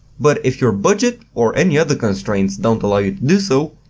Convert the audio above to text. but if your budget or any other constraints don't allow you to do so,